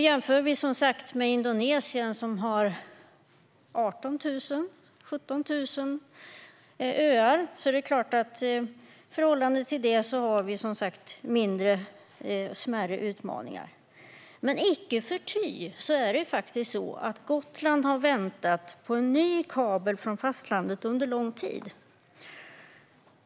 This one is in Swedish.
Jämför vi med Indonesien, som har 17 000-18 000 öar, har vi som sagt smärre utmaningar. Icke förty är det faktiskt så att Gotland har väntat på en ny kabel från fastlandet under lång tid.